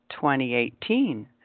2018